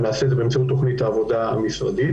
ונעשה את זה באמצעות תכנית העבודה המשרדית,